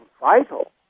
vital